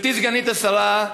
גברתי סגנית השרה,